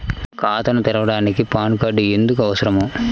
ఖాతాను తెరవడానికి PAN card ఎందుకు అవసరము?